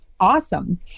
awesome